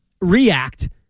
react